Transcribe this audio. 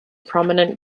prominent